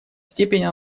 степени